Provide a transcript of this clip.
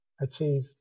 achieve